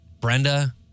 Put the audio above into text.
Brenda